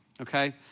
Okay